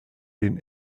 den